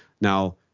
Now